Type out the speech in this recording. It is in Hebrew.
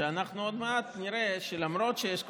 שאנחנו עוד מעט נראה שלמרות שיש קונסנזוס,